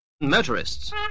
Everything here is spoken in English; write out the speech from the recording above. Motorists